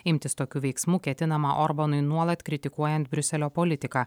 imtis tokių veiksmų ketinama orbanui nuolat kritikuojant briuselio politiką